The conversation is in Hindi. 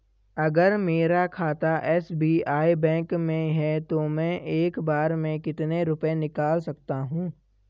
अगर मेरा खाता एस.बी.आई बैंक में है तो मैं एक बार में कितने रुपए निकाल सकता हूँ?